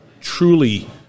truly